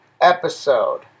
episode